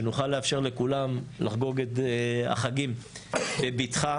שנוכל לאפשר לכולם לחגוג את החגים בבטחה